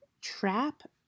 trap